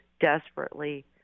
desperately